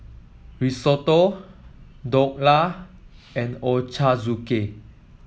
Risotto Dhokla and Ochazuke